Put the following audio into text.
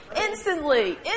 instantly